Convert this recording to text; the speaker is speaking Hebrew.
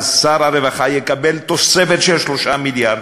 שר הרווחה יקבל תוספת של 3 מיליארד,